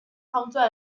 jauntxoa